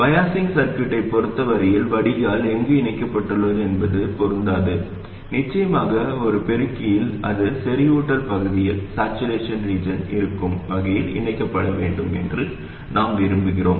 biasing சர்க்யூட்டைப் பொறுத்த வரையில் வடிகால் எங்கு இணைக்கப்பட்டுள்ளது என்பது பொருந்தாது நிச்சயமாக ஒரு பெருக்கியில் அது செறிவூட்டல் பகுதியில் இருக்கும் வகையில் இணைக்கப்பட வேண்டும் என்று நாம் விரும்புகிறோம்